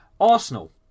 Arsenal